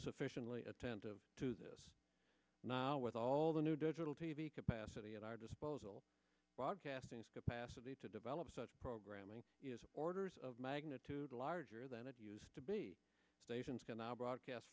sufficiently attentive to this now with all the new digital t v capacity at our disposal broadcasting its capacity to develop such programming is orders of magnitude larger than it used to be stations can now broadcast